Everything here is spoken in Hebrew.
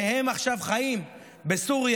שהם עכשיו חיים בסוריה,